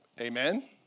Amen